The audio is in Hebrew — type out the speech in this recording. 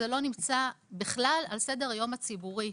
כלל לא נמצא על סדר היום הציבורי.